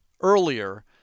earlier